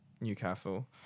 Newcastle